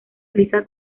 lisa